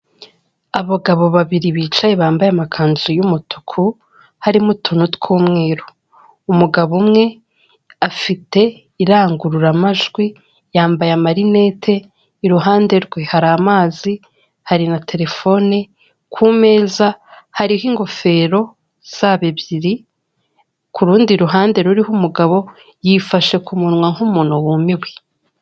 Abagabo babiri bicaye bambaye amakanzu y'umutuku harimo utuntu tw'umweru, umugabo umwe afite indangururamajwi yambaye amarinete, iruhande rwe hari amazi hari na terefone ku meza hariho ingofero zabo ebyiri, ku rundi ruhande ruriho umugabo yifashe kumunwa nk'umuntu wumiwe.